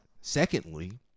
secondly